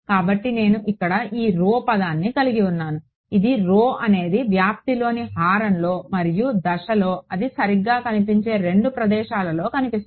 కాబట్టి నేను ఇక్కడ ఈ rho పదాన్ని కలిగి ఉన్నాను ఇది rho అనేది వ్యాప్తిలోని హారంలో మరియు దశలో అది సరిగ్గా కనిపించే 2 ప్రదేశాలలో కనిపిస్తుంది